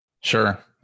Sure